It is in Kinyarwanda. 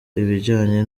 ibijyanye